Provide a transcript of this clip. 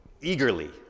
eagerly